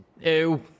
ew